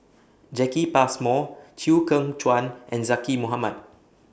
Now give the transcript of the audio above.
Jacki Passmore Chew Kheng Chuan and Zaqy Mohamad